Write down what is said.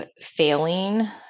failing